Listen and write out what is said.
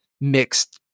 mixed-